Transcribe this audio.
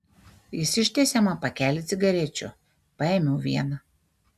jis ištiesė man pakelį cigarečių paėmiau vieną